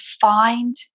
find